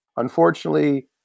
Unfortunately